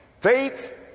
Faith